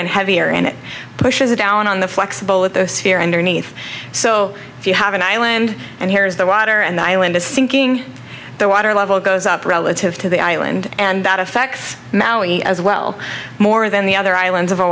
and heavier and it pushes it down on the flexible with the sphere underneath so if you have an island and here is the water and the island is sinking the water level goes up relative to the island and that affects maui as well more than the other islands of